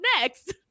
next